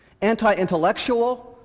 anti-intellectual